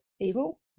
evil